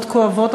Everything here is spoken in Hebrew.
מאוד כואבות,